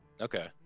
Okay